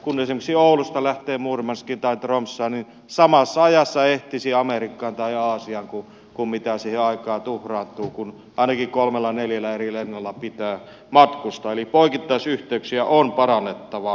kun esimerkiksi oulusta lähtee murmanskiin tai tromssaan samassa ajassa ehtisi amerikkaan tai aasiaan mitä siihen aikaa tuhraantuu kun ainakin kolmella neljällä eri lennolla pitää matkustaa eli poikittaisyhteyksiä on parannettava